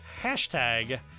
hashtag